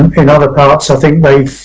in other parts, i think they've